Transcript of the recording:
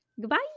Goodbye